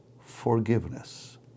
forgiveness